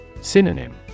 Synonym